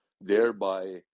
thereby